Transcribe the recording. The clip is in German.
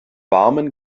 warmen